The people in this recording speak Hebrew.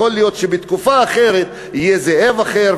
יכול להיות שבתקופה אחרת יהיה זאב אחר,